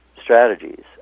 strategies